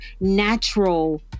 natural